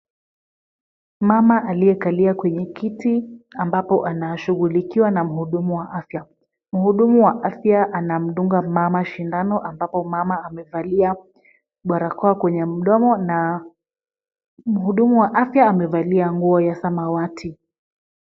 Mama aliyekalia kwenye kiti ambapo anashughulikiwa na mhudumu wa afya. Mhudumu wa afya anamdunga mama shindano ambapo mama amevalia barakoa kwenye mdomo na mhudumu wa afya amevalia nguo ya samawati.